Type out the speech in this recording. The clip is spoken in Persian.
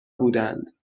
بودند